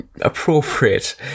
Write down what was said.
appropriate